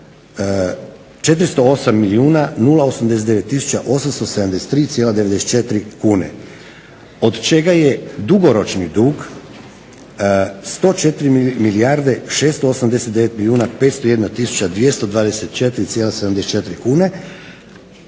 408 milijuna 089 tisuća 873 cijela 94 kune od čega je dugoročni dug 104 milijarde 689 milijuna 501 tisuća 224 cijela